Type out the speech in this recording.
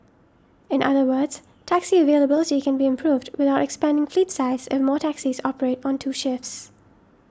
in other words taxi availability can be improved without expanding fleet size if more taxis operate on two shifts